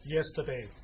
Yesterday